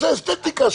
זה אסתטיקה.